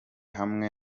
hamwe